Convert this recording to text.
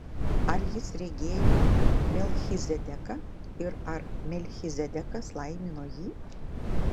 ar jis regėjo melchizedeką ir ar melchizedekas laimino jį